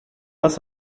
was